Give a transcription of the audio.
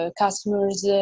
customers